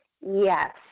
yes